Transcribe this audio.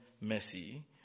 mercy